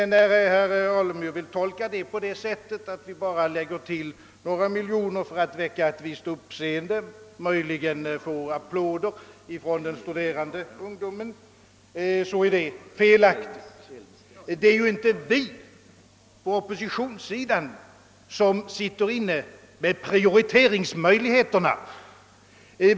Men när herr Alemyr vill uppfatta vårt yrkande så, att vi bara lägger till några miljoner för att väcka ett visst uppseende och möjligen få applåder från den studerande ungdomen, gör han sig skyldig till en felaktig tolkning. Det är ju inte vi inom oppositionen som har möjligheter att göra prioriteringarna.